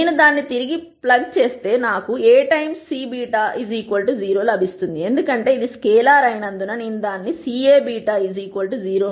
నేను దాన్ని తిరిగి ప్లగ్ చేస్తే నాకు A times C β 0 లభిస్తుంది ఎందుకంటే ఇది స్కేలార్ అయినందున నేను దానిని CA β 0 నుండి తీయ గలను